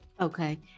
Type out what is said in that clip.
Okay